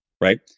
right